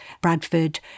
Bradford